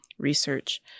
research